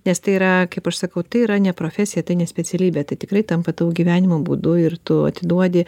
nes tai yra kaip aš sakau tai yra ne profesija tai ne specialybė tai tikrai tampa tavo gyvenimo būdu ir tu atiduodi